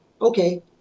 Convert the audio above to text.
okay